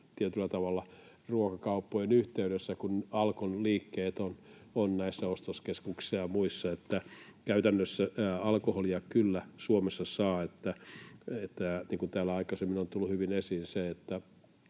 tietyllä tavalla ruokakauppojen yhteydessä, kun Alkon liikkeet ovat näissä ostoskeskuksissa ja muissa. Käytännössä alkoholia kyllä Suomessa saa. Niin kuin täällä aikaisemmin on tullut hyvin esiin,